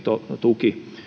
tuki